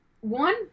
one